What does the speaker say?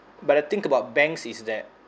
but the think about banks is that